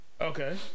Okay